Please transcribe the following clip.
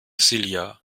silja